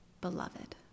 beloved